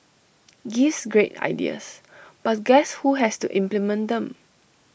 gives great ideas but guess who has to implement them